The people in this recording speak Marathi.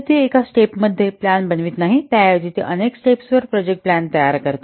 तर ती एका स्टेप मध्ये प्लॅन बनवित नाही त्याऐवजी ती अनेक स्टेप्सवर प्रोजेक्ट प्लॅन तयार करते